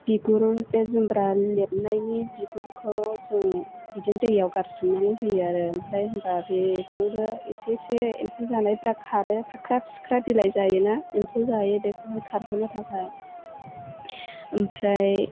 बिगुर बे जुमब्रा लेबनायनि बिगुरखौ जों बिदिनो दैयाव गारसोमनानै होयो आरो ओमफ्राय होमबा बेजोंबो एसे एसे एम्फौ जानायफ्रा खारो फाख्रा सिख्रा बिलाइ जायोना एम्फौ जायो बेखौहाय खारहोनो थाखाय ओमफ्राय